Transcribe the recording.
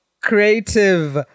creative